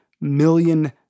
million